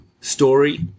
story